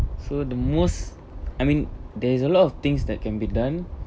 so the most I mean there is a lot of things that can be done